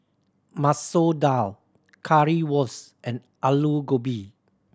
Masoor Dal Currywurst and Alu Gobi